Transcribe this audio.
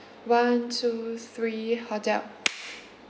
one two three hotel